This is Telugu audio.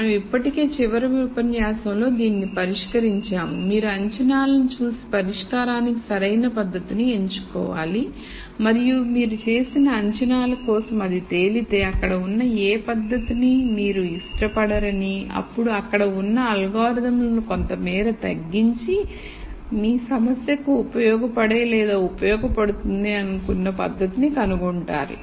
మనం ఇప్పటికే చివరి ఉపన్యాసంలో దీనిని పరిష్కరించాము మీరు అంచనాలను చూసి పరిష్కారానికి సరైన పద్ధతిని ఎంచుకోవాలి మరియు మీరు చేసిన అంచనాల కోసం అది తేలితే అక్కడ ఉన్న ఏ పద్ధతిని మీరు ఇష్టపడరని అప్పుడు అక్కడ ఉన్న అల్గోరిథంలను కొంతమేర తగ్గించి మీ సమస్యకు ఉపయోగపడే లేదా ఉపయోగపడుతుంది అనుకున్న పద్ధతిని కనుగొంటారు